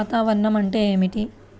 వాతావరణం అంటే ఏమిటి?